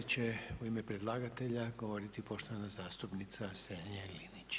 Sada će u ime predlagatelja govoriti poštovana zastupnica Strenja Linić.